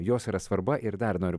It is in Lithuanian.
jos yra svarba ir dar noriu